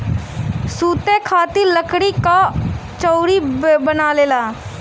सुते खातिर लकड़ी कअ चउकी बनेला